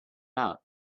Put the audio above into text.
out